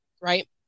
right